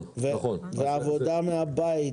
ועבודה מהבית,